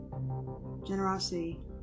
Generosity